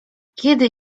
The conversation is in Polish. kiedy